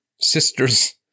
sister's